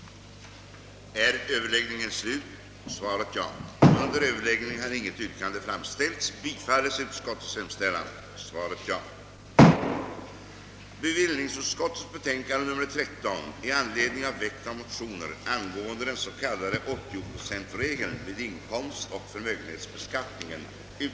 80-procentiga reduktionsregeln vid inkomstoch förmögenhetstaxeringen bleve effektiv.